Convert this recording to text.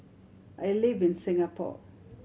I live in Singapore